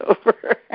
over